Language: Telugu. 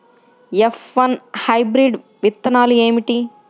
ఎఫ్ వన్ హైబ్రిడ్ విత్తనాలు ఏమిటి?